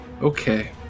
Okay